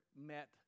met